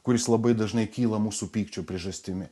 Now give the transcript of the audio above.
kuris labai dažnai kyla mūsų pykčio priežastimi